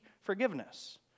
forgiveness